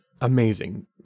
amazing